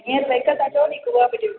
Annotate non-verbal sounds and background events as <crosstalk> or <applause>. हीअं <unintelligible> चओ हिक उहा बि ॾियो